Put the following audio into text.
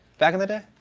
back in the day?